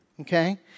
Okay